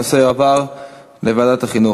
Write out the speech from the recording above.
הנושא יועבר לוועדת החינוך.